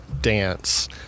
dance